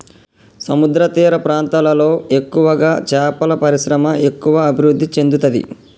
సముద్రతీర ప్రాంతాలలో ఎక్కువగా చేపల పరిశ్రమ ఎక్కువ అభివృద్ధి చెందుతది